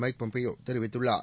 mic Pompeo தெரிவித்துள்ளார்